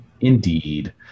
indeed